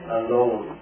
alone